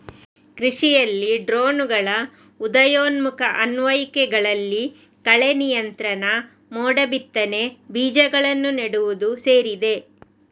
ಕೃಷಿಯಲ್ಲಿ ಡ್ರೋನುಗಳ ಉದಯೋನ್ಮುಖ ಅನ್ವಯಿಕೆಗಳಲ್ಲಿ ಕಳೆ ನಿಯಂತ್ರಣ, ಮೋಡ ಬಿತ್ತನೆ, ಬೀಜಗಳನ್ನು ನೆಡುವುದು ಸೇರಿದೆ